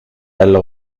elle